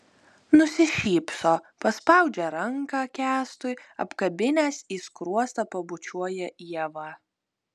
nusišypso paspaudžia ranką kęstui apkabinęs į skruostą pabučiuoja ievą